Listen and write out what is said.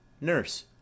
Nurse